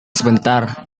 sebentar